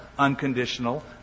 unconditional